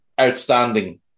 outstanding